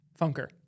funker